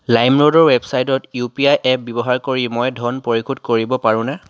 লাইমৰোডৰ ৱেবছাইটত UPI app ব্যৱহাৰ কৰি মই ধন পৰিশোধ কৰিব পাৰোনে